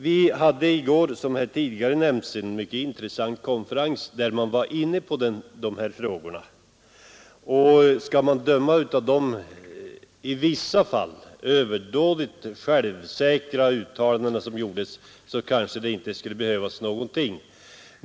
Vi hade i går, som här tidigare nämnts, en mycket intressant konferens där man var inne på dessa frågor. Skall vi döma av de i vissa fall överdådigt självsäkra uttalanden som gjordes, så kanske det inte skulle behövas någonting.